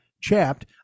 chapped